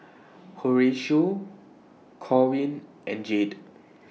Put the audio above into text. Horatio Corwin and Jade